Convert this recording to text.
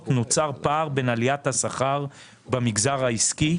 נוצר פער בין עליית השכר במגזר העסקי,